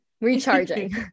recharging